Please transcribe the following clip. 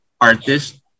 artist